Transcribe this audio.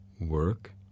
Work